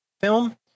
film